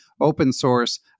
open-source